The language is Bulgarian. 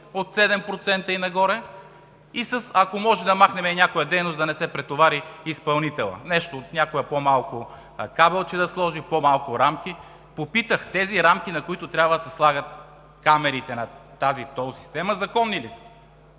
от 7% и нагоре, и ако може да махнем някоя дейност, за да не се претовари изпълнителят, някое по-малко кабелче да сложи, по-малко рамки. Попитах: тези рамки, на които трябва да се слагат камерите на тази тол система, законни ли са?